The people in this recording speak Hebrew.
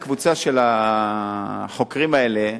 הקבוצה של החוקרים האלה,